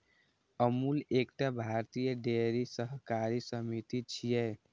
अमूल एकटा भारतीय डेयरी सहकारी समिति छियै